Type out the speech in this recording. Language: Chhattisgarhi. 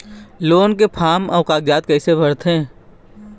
लोन के फार्म अऊ कागजात कइसे भरथें?